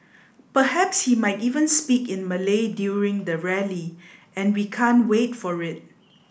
perhaps he might even speak in Malay during the rally and we can't wait for it